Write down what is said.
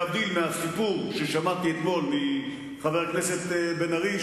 להבדיל מהסיפור ששמעתי אתמול מחבר הכנסת בן-ארי,